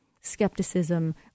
skepticism